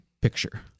picture